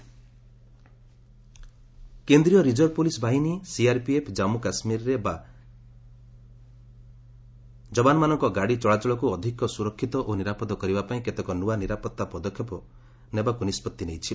CRPF କେନ୍ଦ୍ରୀୟ reserve police ବାହିନୀ CRPF Jammu କାଶ୍ମୀରରେ ଯବାନମାନଙ୍କ ଗାଡ଼ି ଚଳାଚଳକୁ ଅଧିକ ସୁରକ୍ଷିତ ଓ ନିରାପଦ କରିବା ପାଇଁ କେତେକ ନୂଆ ନିରାପତ୍ତା ପଦକ୍ଷେପ ନେବାକୁ ନିଷ୍ପଭି ନେଇଛି